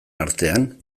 artean